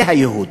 זה הייהוד.